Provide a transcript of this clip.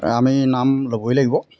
আমি নাম ল'বই লাগিব